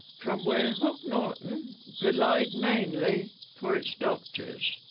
from where hook norton relied mainly for its doctors